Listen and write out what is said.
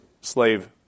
slave